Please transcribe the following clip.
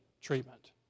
treatment